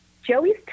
Joey's